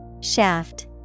Shaft